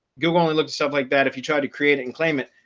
google only looks stuff like that if you try to create it and claim it.